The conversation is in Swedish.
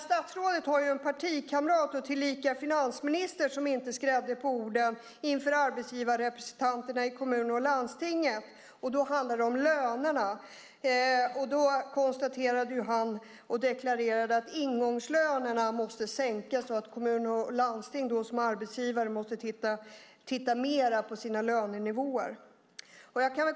Statsrådet har en partikamrat, tillika finansminister, som inte skrädde orden inför arbetsgivarrepresentanterna i kommuner och landsting. Då handlade det om lönerna. Han deklarerade att ingångslönerna måste sänkas och att kommuner och landsting som arbetsgivare måste titta mer på sina lönenivåer.